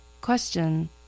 Question